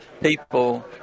people